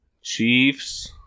Chiefs